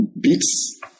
Beats